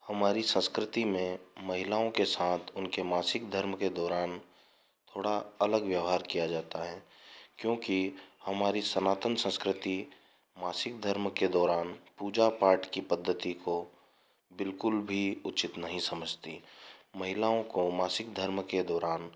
हमारी संस्कृति में महिलाओं के साथ उनके मासिक धर्म के दौरान थोड़ा अलग व्यवहार किया जाता है क्योंकि हमारी सनातन संस्कृति मासिक धर्म के दौरान पूजा पाठ की पद्धति को बिल्कुल भी उचित नहीं समझतीं महिलाओं को मासिक धर्म के दौरान